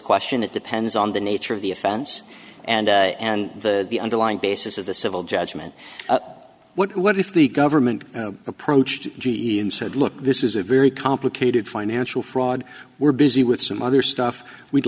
question it depends on the nature of the offense and and the underlying basis of the civil judgment what if the government approached g e and said look this is a very complicated financial fraud we're busy with some other stuff we'd